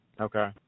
okay